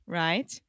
right